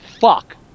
fuck